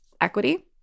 equity